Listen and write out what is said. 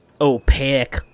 opaque